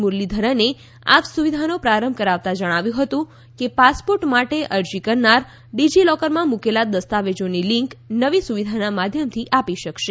મુરલીધરને આ સુવિધાનો પ્રારંભ કરાવતા જણાવ્યું હતું કે પાસપોર્ટ માટે અરજી કરનાર ડીજીલોકરમાં મુકેલા દસ્તાવેજોની લીંક નવી સુવિધાના માધ્યમથી આપી શકશે